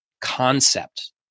concept